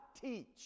teach